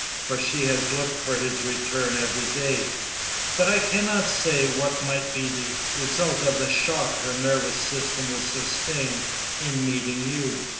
for she has looked for his return every day but i cannot say what might be the result of the shock her nervous system would sustain in meeting you.